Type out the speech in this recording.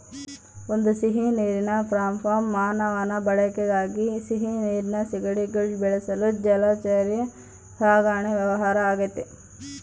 ಒಂದು ಸಿಹಿನೀರಿನ prawn farm ಮಾನವನ ಬಳಕೆಗಾಗಿ ಸಿಹಿನೀರಿನ ಸೀಗಡಿಗುಳ್ನ ಬೆಳೆಸಲು ಜಲಚರ ಸಾಕಣೆ ವ್ಯವಹಾರ ಆಗೆತೆ